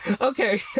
okay